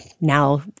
now